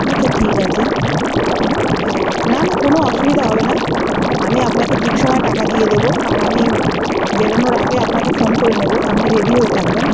আচ্ছা ঠিক আছে হ্যাঁ না না কোনো অসুবিধা হবে না আমি আপনাকে ঠিক সময়ে টাকা দিয়ে দেব আর আমি বেরনোর আগে আপনাকে ফোন করে নেব আপনি রেডি হয়ে থাকবেন